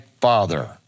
Father